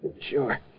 Sure